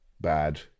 bad